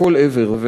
מכל עבר.